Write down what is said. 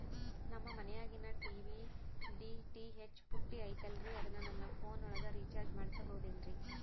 ನಮ್ಮ ಮನಿಯಾಗಿನ TV DTH ಪುಟ್ಟಿ ಐತಲ್ರೇ ಅದನ್ನ ನನ್ನ ಪೋನ್ ಒಳಗ ರೇಚಾರ್ಜ ಮಾಡಸಿಬಹುದೇನ್ರಿ?